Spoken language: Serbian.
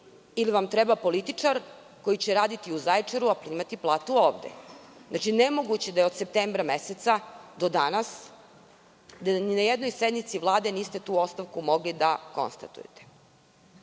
ili vam treba političar koji će raditi u Zaječaru a primati platu ovde? Nemoguće je da od septembra meseca do danas ni na jednoj sednici Vlade niste tu ostavku mogli da konstatujete. Ja